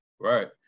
Right